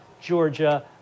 Georgia